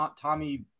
Tommy